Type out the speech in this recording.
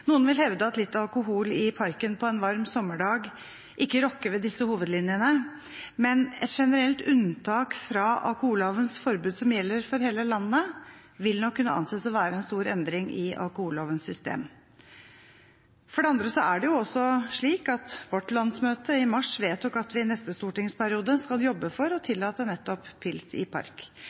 Noen vil hevde at litt alkohol i parken på en varm sommerdag ikke rokker ved disse hovedlinjene, men et generelt unntak fra alkohollovens forbud, som gjelder for hele landet, vil nok kunne anses å være en stor endring i alkohollovens system. For det andre vedtok vårt landsmøte i mars at vi i neste stortingsperiode skal jobbe for å tillate nettopp pils i park.